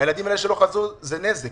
הילדים האלה שלא חזרו, זה נזק